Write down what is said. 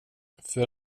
för